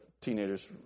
teenagers